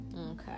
Okay